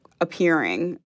appearing